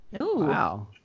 Wow